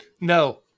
No